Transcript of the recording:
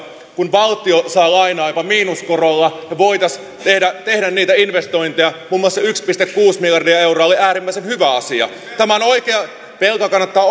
kun valtio saa lainaa jopa miinuskorolla ja voitaisiin tehdä tehdä niitä investointeja muun muassa yksi pilkku kuusi miljardia euroa oli äärimmäisen hyvä asia tämä on oikein velka kannattaa